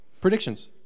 predictions